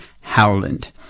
Howland